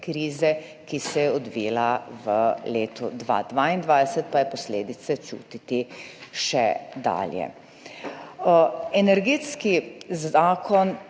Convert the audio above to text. krize, ki se je odvila v letu 2022, pa je posledice čutiti še dalje. Energetski zakon